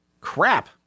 Crap